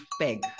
peg